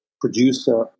producer